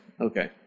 Okay